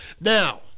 Now